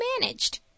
managed